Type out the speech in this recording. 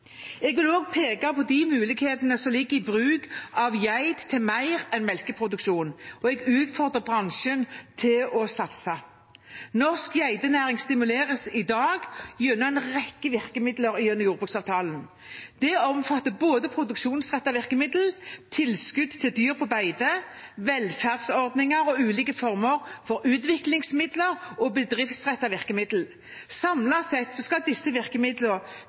Jeg vil også peke på de mulighetene som ligger i bruk av geit til mer enn melkeproduksjon, og jeg utfordrer bransjen til å satse. Norsk geitenæring stimuleres i dag gjennom en rekke virkemidler gjennom jordbruksavtalen. Det omfatter både produksjonsrettede virkemidler, tilskudd til dyr på beite, velferdsordninger og ulike former for utviklingsmidler og bedriftsrettede virkemidler. Samlet sett skal disse virkemidlene